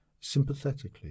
sympathetically